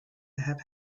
have